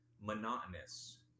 monotonous